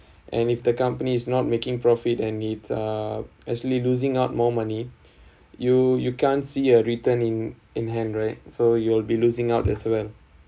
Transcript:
and if the company is not making profit and needs uh actually losing out more money you you can't see a written in in hand right so you'll be losing out as well